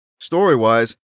Story-wise